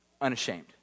unashamed